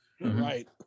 Right